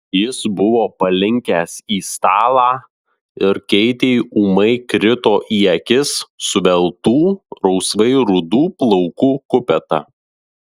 jis buvo palinkęs į stalą ir keitei ūmai krito į akis suveltų rausvai rudų plaukų kupeta